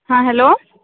हँ हैलो